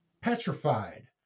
petrified